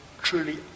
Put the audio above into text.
truly